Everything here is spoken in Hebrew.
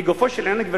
לגופו של עניין,